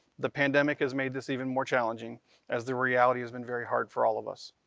the pandemic has made this even more challenging as the reality has been very hard for all of us.